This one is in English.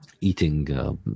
eating